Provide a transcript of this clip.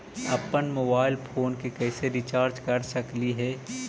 अप्पन mobile phone के कैसे रिचार्ज कर सकली हे?